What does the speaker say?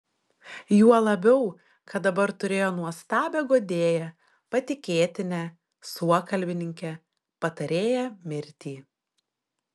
juo labiau kad dabar turėjo nuostabią guodėją patikėtinę suokalbininkę patarėją mirtį